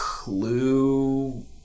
clue